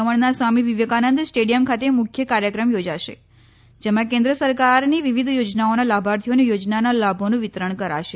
દમણના સ્વામી વિવેકાનંદ સ્ટેડિયમ ખાતે મુખ્ય કાર્યક્રમ યોજાશે જેમાં કેન્દ્ર સરકારની વિવિધ યોજનાઓના લાભાર્થીઓને યોજનાના લાભોનું વિતરણ કરાશે